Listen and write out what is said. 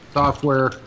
software